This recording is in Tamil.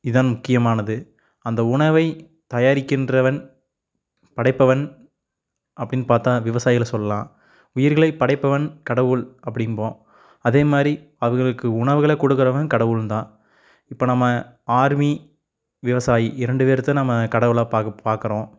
இதான் முக்கியமானது அந்த உணவை தயாரிக்கின்றவன் படைப்பவன் அப்படின்னு பார்த்தா விவசாயிகளை சொல்லாம் உயிர்களை படைப்பவன் கடவுள் அப்படிம்போம் அதே மாதிரி அவர்களுக்கு உணவுகளை கொடுக்குறவன் கடவுள் தான் இப்போ நம்ம ஆர்மி விவசாயி இரண்டு பேரை தான் நம்ம கடவுளக பார்க்க பார்க்கறோம்